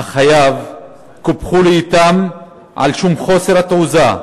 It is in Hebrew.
אך חייו קופחו לאטם על שום חוסר התעוזה,